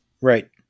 Right